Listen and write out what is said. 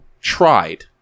tried